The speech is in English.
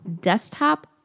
desktop